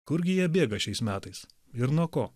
kurgi jie bėga šiais metais ir nuo ko